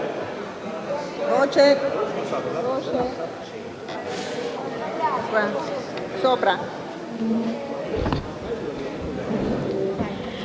sopra